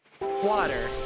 Water